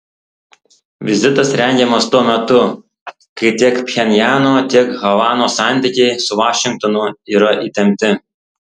vizitas rengiamas tuo metu kai tiek pchenjano tiek havanos santykiai su vašingtonu yra įtempti